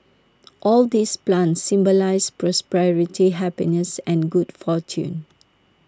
all these plants symbolise prosperity happiness and good fortune